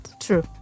True